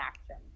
action